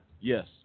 Yes